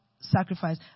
sacrifice